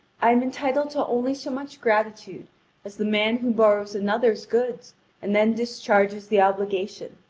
i am entitled to only so much gratitude as the man who borrows another's goods and then discharges the obligation.